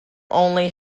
only